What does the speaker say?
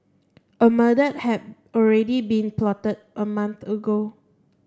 a murder had already been plotted a month ago